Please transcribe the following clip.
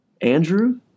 Andrew